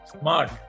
smart